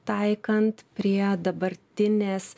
taikant prie dabartinės